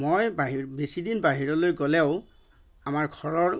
মই বাহিৰ বেছিদিন বাহিৰলৈ গ'লেও আমাৰ ঘৰৰ